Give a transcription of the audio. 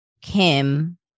Kim